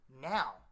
now